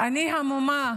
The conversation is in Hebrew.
אני המומה